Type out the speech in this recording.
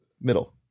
Middle